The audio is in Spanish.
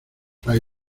fray